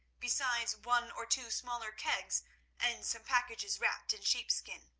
besides one or two smaller kegs and some packages wrapped in sheepskin.